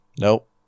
Nope